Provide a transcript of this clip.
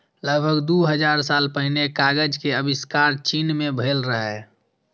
लगभग दू हजार साल पहिने कागज के आविष्कार चीन मे भेल रहै